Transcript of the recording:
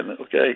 okay